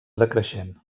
decreixent